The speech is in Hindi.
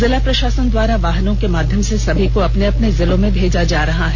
जिला प्रशासन द्वारा वाहनों के माध्यम से सभी को अपने अपने जिलों में भेजा जा रहा है